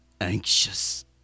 anxious